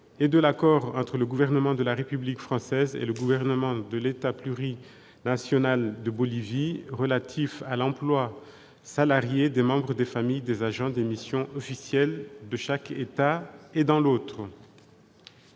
et de l'accord entre le gouvernement de la République française et le gouvernement de l'État plurinational de Bolivie relatif à l'emploi salarié des membres des familles des agents des missions officielles de chaque État dans l'autre